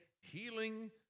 healing